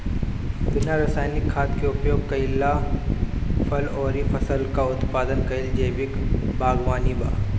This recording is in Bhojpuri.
बिना रासायनिक खाद क उपयोग कइले फल अउर फसल क उत्पादन कइल जैविक बागवानी बा